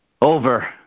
Over